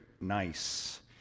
nice